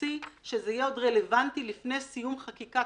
הקיבוצי שזה יהיה עוד רלוונטי לפני סיום חקיקת